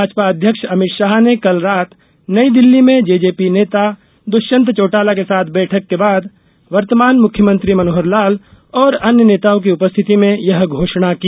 भाजपा अध्यक्ष अभित शाह ने कल रात नई दिल्ली में जेजेपी नेता दृष्यंत चौटाला के साथ बैठक के बाद वर्तमान मुख्यमंत्री मनोहर लाल और अन्य नेताओं की उपस्थिति में यह घोषणा की